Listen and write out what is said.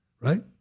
right